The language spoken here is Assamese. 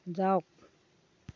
যাওক